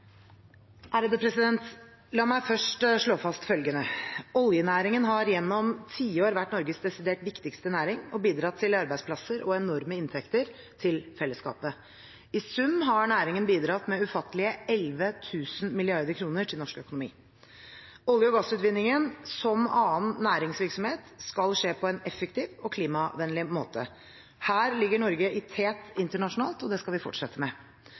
La meg først slå fast følgende: Oljenæringen har gjennom tiår vært Norges desidert viktigste næring og bidratt til arbeidsplasser og enorme inntekter til fellesskapet. I sum har næringen bidratt med ufattelige 11 000 mrd. kr til norsk økonomi. Olje- og gassutvinningen, som annen næringsvirksomhet, skal skje på en effektiv og klimavennlig måte. Her ligger Norge i tet internasjonalt, og det skal vi fortsette med.